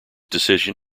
decision